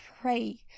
pray